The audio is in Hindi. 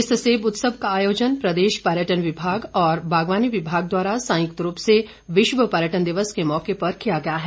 इस सेब उत्सव का आयोजन प्रदेश पर्यटन विभाग और बागवानी विभाग द्वारा संयुक्त रूप से विश्व पर्यटन दिवस के मौके पर किया गया है